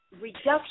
reduction